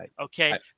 Okay